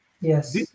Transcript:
Yes